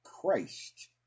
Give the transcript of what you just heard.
Christ